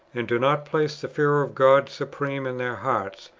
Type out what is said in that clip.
and do not place the fear of god supreme in their hearts,